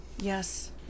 Yes